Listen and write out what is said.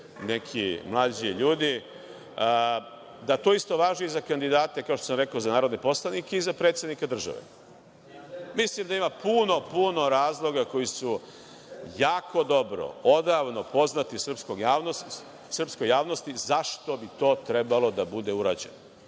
neki mlađi ljudi, da to isto važi i za kandidate, kao što sam rekao, za narodne poslanike i za predsednika države. Mislim da ima puno razloga koji su jako dobro, odavno poznati i srpskoj javnosti zašto bi to trebalo da bude urađeno.